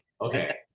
Okay